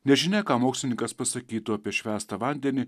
nežinia ką mokslininkas pasakytų apie švęstą vandenį